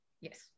Yes